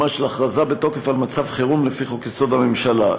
הכרזה בתוקף על מצב חירום לפי חוק-יסוד: הממשלה.